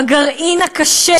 בגרעין הקשה,